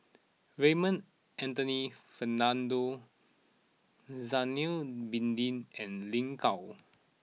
Raymond Anthony Fernando Zainal Abidin and Lin Gao